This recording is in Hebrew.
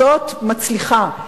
זו מצליחה,